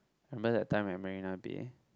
remember that time at Marina Bay